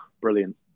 brilliant